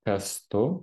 kas tu